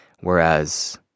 Whereas